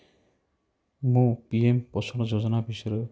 ମୁଁ P M ପୋଷଣ ଯୋଜନା ବିଷୟରେ